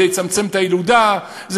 זה יצמצם את הילודה,